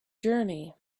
journey